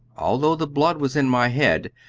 although the blood was in my head,